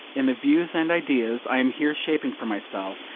in the views and ideas i am here shaping for myself,